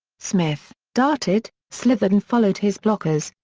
smith darted, slithered and followed his blockers,